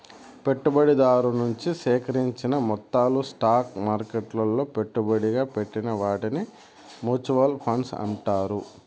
పెట్టుబడిదారు నుంచి సేకరించిన మొత్తాలు స్టాక్ మార్కెట్లలో పెట్టుబడిగా పెట్టిన వాటిని మూచువాల్ ఫండ్స్ అంటారు